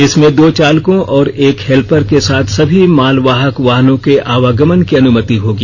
इसमें दो चालकों और एक हेल्पर के साथ सभी मालवाहक वाहनों के आवगमन की अनुमति होगी